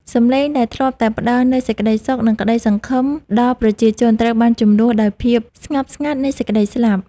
សម្លេងដែលធ្លាប់តែផ្តល់នូវសេចក្តីសុខ និងក្តីសង្ឃឹមដល់ប្រជាជន ត្រូវបានជំនួសដោយភាពស្ងប់ស្ងាត់នៃសេចក្តីស្លាប់។